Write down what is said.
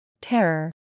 Terror